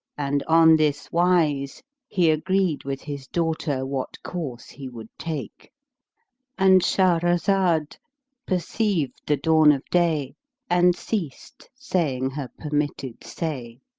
and on this wise he agreed with his daughter what course he would take and shahrazad perceived the dawn of day and ceased saying her permitted say.